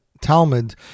Talmud